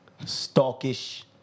stalkish